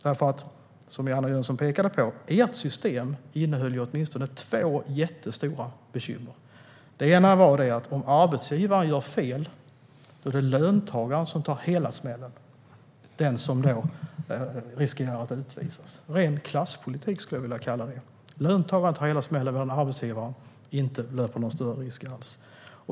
Som du pekade på, Johanna Jönsson, innehöll ert system åtminstone två jättestora bekymmer. Det ena är att om arbetsgivaren gör fel är det löntagaren som får ta hela smällen och riskerar att utvisas. Detta skulle jag vilja kalla för ren klasspolitik - löntagaren tar hela smällen medan arbetsgivaren inte löper någon större risk alls.